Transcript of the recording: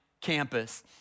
campus